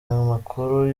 makuru